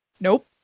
Nope